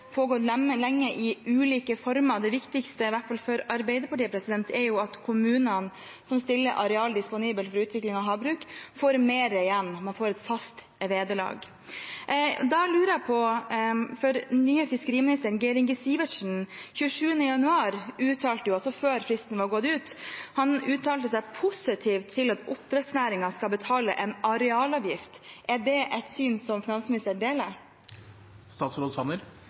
lenge i ulike former. Det viktigste, i hvert fall for Arbeiderpartiet, er at kommunene som stiller areal disponibelt for utvikling av havbruk, får mer igjen, at man får et fast vederlag. Den 27. januar, altså før fristen var gått ut, uttalte den nye fiskeriministeren, Geir Inge Sivertsen, seg positivt til at oppdrettsnæringen skal betale en arealavgift. Da lurer jeg på: Er det et syn som finansministeren